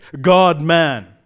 God-man